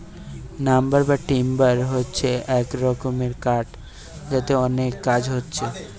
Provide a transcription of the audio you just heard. lumber বা timber হচ্ছে এক রকমের কাঠ যাতে অনেক কাজ হচ্ছে